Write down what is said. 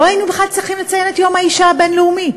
לא היינו צריכים לציין את יום האישה הבין-לאומי,